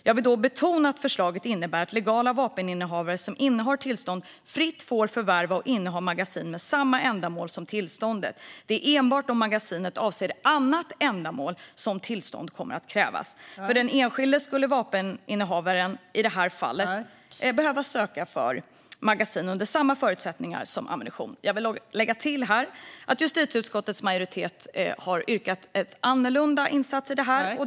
Jag vill betona att förslaget innebär att legala vapeninnehavare som innehar tillstånd fritt får förvärva och inneha magasin med samma ändamål som tillståndet. Det är enbart om magasinet avser annat ändamål som tillstånd kommer att krävas. Den enskilde vapeninnehavaren skulle i detta fall behöva söka tillstånd för magasin under samma förutsättningar som för ammunition. Jag vill lägga till att justitieutskottets majoritet har yrkat annorlunda.